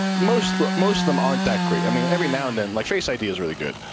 most most of them aren't that great. i mean every now and then like, face id is really good.